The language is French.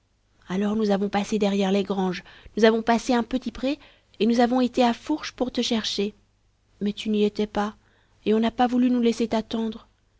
alors nous avons passé derrière les granges nous avons passé un petit pré et nous avons été à fourche pour te chercher mais tu n'y étais pas et on n'a pas voulu nous laisser t'attendre